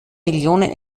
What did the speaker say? millionen